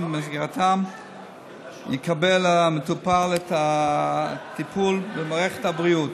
שבמסגרתם יקבל המטופל את הטיפול במערכת הבריאות,